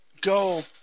go